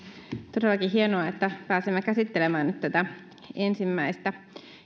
todellakin hienoa että pääsemme käsittelemään nyt tätä ensimmäistä